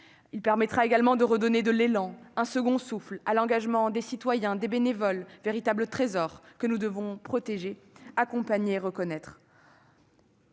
Il permettra également de redonner de l'élan, un second souffle à l'engagement des citoyens et des bénévoles, véritable trésor que nous devons protéger, accompagner et reconnaître.